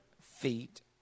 feet